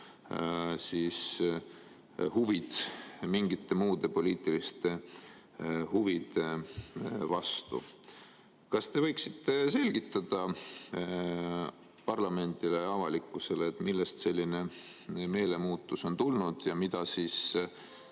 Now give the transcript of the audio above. metsa huvid mingite muude poliitiliste huvide vastu. Kas te võiksite selgitada parlamendile ja avalikkusele, millest selline meelemuutus on tulnud? Mille